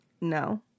No